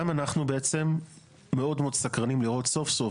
גם אנחנו בעצם מאוד מאוד סקרנים לראות סוף-סוף